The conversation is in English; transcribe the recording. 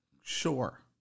sure